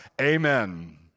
amen